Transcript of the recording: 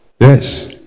Yes